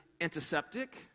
antiseptic